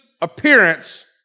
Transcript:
appearance